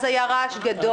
אז היה רעש גדול.